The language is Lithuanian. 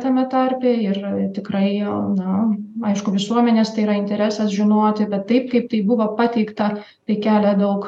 tame tarpe ir tikrai na aišku visuomenės tai yra interesas žinoti bet taip kaip tai buvo pateikta tai kelia daug